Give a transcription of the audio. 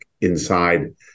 inside